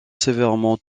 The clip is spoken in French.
sévèrement